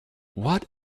what